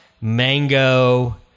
mango